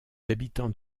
habitants